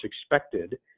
expected